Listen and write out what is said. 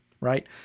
Right